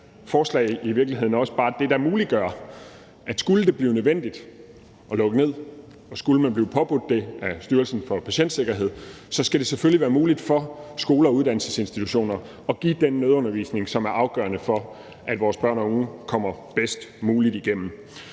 virkeligheden også bare det, der muliggør, at skulle det blive nødvendigt at lukke ned, skulle man blive påbudt det af Styrelsen for Patientsikkerhed, så skal det selvfølgelig være muligt for skoler og uddannelsesinstitutioner at give den nødundervisning, som er afgørende for, at vores børn og unge kommer bedst muligt igennem.